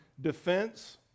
defense